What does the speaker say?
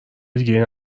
دیگه